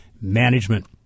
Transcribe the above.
Management